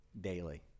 daily